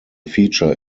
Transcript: feature